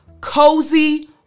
cozy